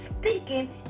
speaking